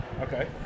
Okay